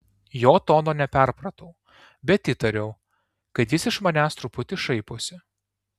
jo tono neperpratau bet įtariau kad jis iš manęs truputį šaiposi